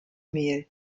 mehl